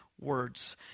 words